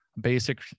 basic